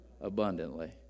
Abundantly